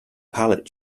pallet